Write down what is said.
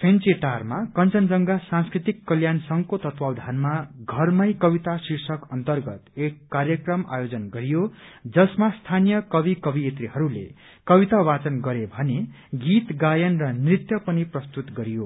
फेन्चेटारमा कंचनजंघा सांस्कृतिक कल्याण संघको तत्वावधानमा घरमै कविता शीर्षक अन्तर्गत एक कार्यक्रम आयोजना गरियो जसमा स्थानीय कवि कवियत्रीहरूले कविता वाचन गरे भने गीत गायन र नृत्य पनि प्रस्तुत गरियो